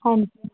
ਹਾਂ